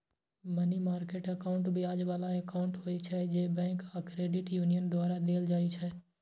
money market account ब्याज बला account होइ छै, जे बैंक आ क्रेडिट यूनियन द्वारा देल जाइ छै